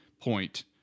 point